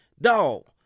dog